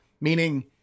meaning